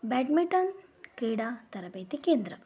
badminton ಕ್ರೀಡಾ ತರಬೇತಿ ಕೇಂದ್ರ